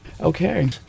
Okay